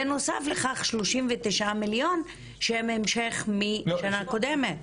בנוסף לכך 39 מיליון שהם המשך מהשנה הקודמת.